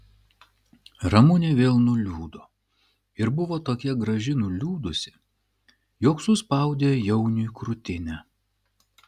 ramunė vėl nuliūdo ir buvo tokia graži nuliūdusi jog suspaudė jauniui krūtinę